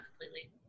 completely